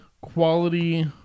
quality